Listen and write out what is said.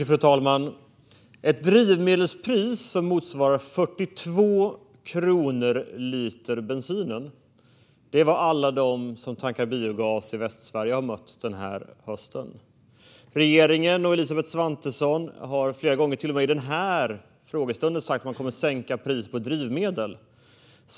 Fru talman! Ett drivmedelspris som motsvarar 42 kronor litern för bensin är vad alla de som tankar biogas i Västsverige har mött denna höst. Regeringen och Elisabeth Svantesson har flera gånger, även under frågestunden, sagt att man kommer att sänka priset på drivmedel.